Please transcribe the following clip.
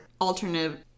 Alternative